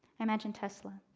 imagine tesla,